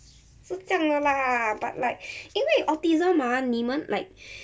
是这样的啦 but like 因为 autism ah 你们 like